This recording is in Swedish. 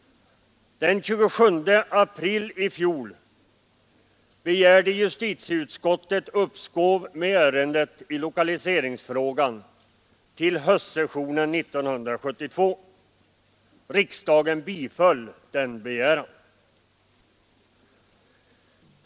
Den 27 april i fjol begärde justitieutskottet uppskov med avgörandet i lokaliseringsfrågan till höstsessionen 1972. Riksdagen biföll denna begäran.